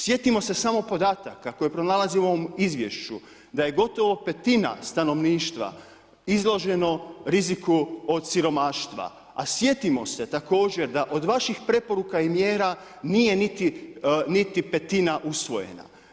Sjetimo se samo podataka koje pronalazimo u ovom Izvješću da je gotovo petina stanovništva izloženo riziku od siromaštva, a sjetimo se također da od vaših preporuka i mjera nije niti petina usvojena.